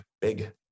big